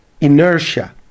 inertia